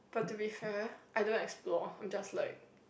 but to be fair I don't explore I'm just like